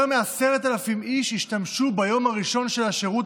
יותר מ-10,000 איש השתמשו ביום הראשון של השירות